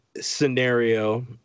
scenario